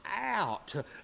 out